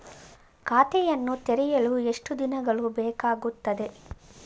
ಖಾತೆಯನ್ನು ತೆರೆಯಲು ಎಷ್ಟು ದಿನಗಳು ಬೇಕಾಗುತ್ತದೆ?